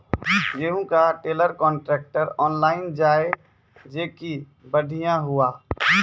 गेहूँ का trailer contractor online जाए जैकी बढ़िया हुआ